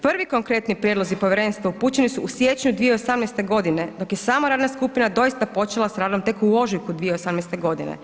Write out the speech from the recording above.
Prvi konkretni prijedlozi povjerenstva upućeni su u siječnju 2018. godine dok je sama radna skupina doista počela s radom tek u ožujku 2018. godine.